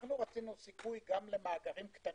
אנחנו רצינו סיכוי גם למאגרים קטנים,